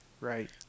Right